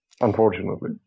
unfortunately